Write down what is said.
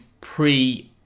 pre